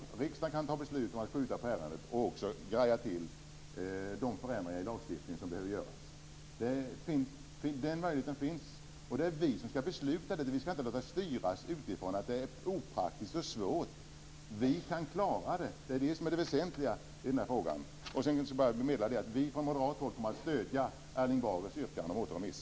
Riksdagen kan fatta beslut om att skjuta på ärendet och även greja till de förändringar i lagstiftningen som behöver göras. Den möjligheten finns. Och det är vi som skall besluta detta. Vi skall inte behöva styras utifrån av att det är opraktiskt och svårt. Vi kan klara det. Det är det som är det väsentliga i den här frågan. I övrigt vill jag bara meddela att vi från moderat håll kommer att stödja Erling Bagers yrkande om återremiss.